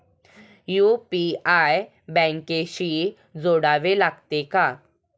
UPI बँकेशी जोडावे लागते का?